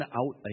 out